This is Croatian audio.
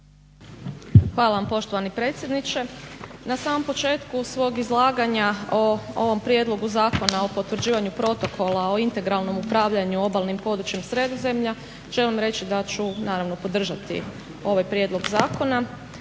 Hvala vam poštovani predsjedniče. Na samom početku svog izlaganja o ovom Prijedlogu zakona o potvrđivanju Protokola o integralnom upravljanju obalnim područjem Sredozemlja želim reći da ću naravno podržati ovaj prijedlog zakona.